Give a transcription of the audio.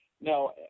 No